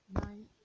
nine